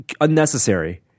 unnecessary